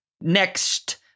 Next